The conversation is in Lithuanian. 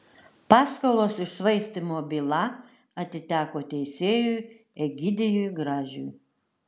paskolos iššvaistymo byla atiteko teisėjui egidijui gražiui